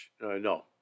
no